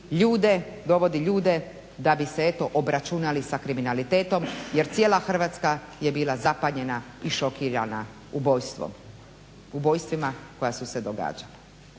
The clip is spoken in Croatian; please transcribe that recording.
ljude, dovodi ljude da bi se eto obračunali sa kriminalitetom jer cijela Hrvatska je bila zapanjena i šokirana ubojstvima koja su se događala.